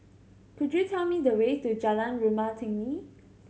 could you tell me the way to Jalan Rumah Tinggi